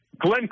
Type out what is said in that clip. Glenn